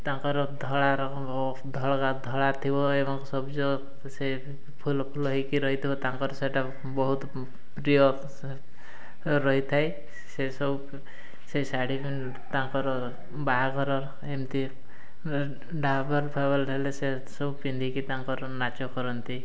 ତାଙ୍କର ଧଳା ରଙ୍ଗ ଧଳା ଥିବ ଏବଂ ସବୁଜ ସେ ଫୁଲ ଫୁଲ ହେଇକି ରହିଥିବ ତାଙ୍କର ସେଟା ବହୁତ ପ୍ରିୟ ରହିଥାଏ ସେସବୁ ସେ ଶାଢ଼ୀ ତାଙ୍କର ବାହାଘର ଏମିତି ଢାବଲ୍ ଫାବଲ୍ ହେଲେ ସେ ସବୁ ପିନ୍ଧିକି ତାଙ୍କର ନାଚ କରନ୍ତି